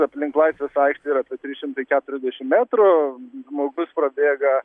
aplink laisvės aikštę yra apie trys šimtai keturiasdešimt metrų žmogus prabėga